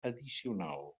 addicional